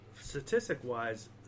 Statistic-wise